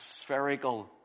spherical